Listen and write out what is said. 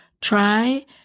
try